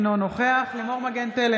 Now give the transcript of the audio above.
אינו נוכח לימור מגן תלם,